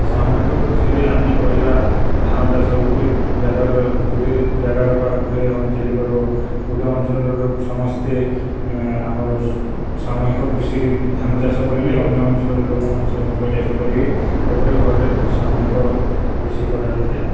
ସାମୂହିକ କୃଷିରେ ଆମେ କରିବା ଧାନ ଚାଷ ଗୋଟେ ଜାଗାର ଗୋଟେ ଜାଗାର ବା ଗୋଟେ ଅଞ୍ଚଳିକର ଗୋଟେ ଅଞ୍ଚଳର ଲୋକ ସମସ୍ତେ ଆମର ସାମୂହିକ କୃଷିରେ ଧାନ ଚାଷ କରିଲେ ଅନ୍ୟ ଅଞ୍ଚଲର ଲୋକମାନେ ସବୁ ମୁଗ ଚାଷ କରିବେ ଏପରି ଭାବରେ ସାମୂହିକ କୃଷି କରାଯାଇ ଥାଏ